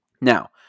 Now